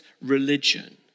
religion